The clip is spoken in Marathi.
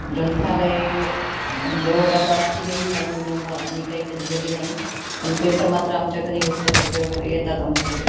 ग्रंथालये जवळपास असतीलही पण मि म मी काही कधी गेले नाही पण पेपर मात्र आमच्या घरी वृत्तपत्रे वगैरे येतात आमच्याकडे